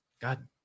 God